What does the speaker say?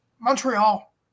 Montreal